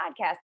podcast